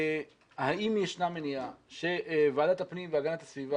האם ישנה מניעה שוועדת הפנים והגנת הסביבה